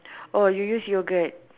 oh you use yoghurt